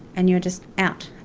and you're just out.